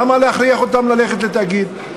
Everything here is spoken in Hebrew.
למה להכריח אותן ללכת לתאגיד?